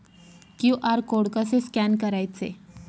QR code कसे scan करायचे?